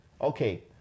okay